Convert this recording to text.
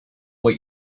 what